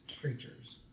creatures